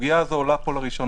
הסוגיה הזאת עולה פה לראשונה.